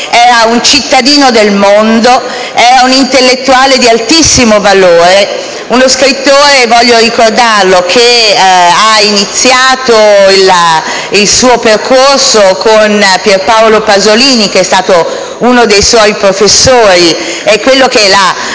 Era un cittadino del mondo, un intellettuale di altissimo valore, uno scrittore - voglio ricordarlo - che ha iniziato il suo percorso con Pier Paolo Pasolini, che è stato uno dei suoi professori, quello che lo ha